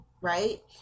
right